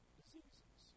diseases